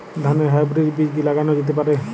ধানের হাইব্রীড বীজ কি লাগানো যেতে পারে?